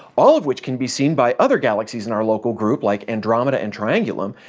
all of which can be seen by other galaxies in our local group like andromeda and triangulum,